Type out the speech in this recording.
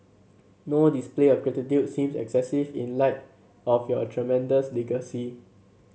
no display of gratitude seems excessive in light of your tremendous legacy